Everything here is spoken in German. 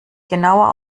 genauer